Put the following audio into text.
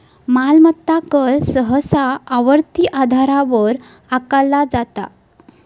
मालमत्ता कर सहसा आवर्ती आधारावर आकारला जाता